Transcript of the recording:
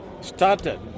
started